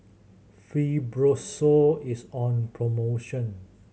Fibrosol is on promotion